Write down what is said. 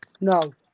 No